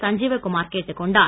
சஞ்சீவ குமார் கேட்டுக் கொண்டார்